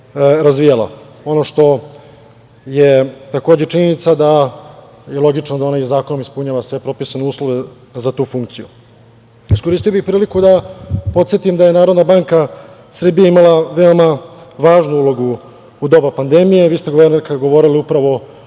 razvijala. Ono što je činjenica i logično je da ona zakonom ispunjava sve propisane uslove za tu funkciju. Iskoristio bih priliku da podsetim da je Narodne banke Srbije imala veoma važnu ulogu u doba pandemije. Vi ste, guvernerka, govorili upravo